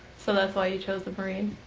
so that's why you chose the marines?